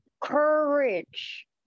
courage